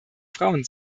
frauen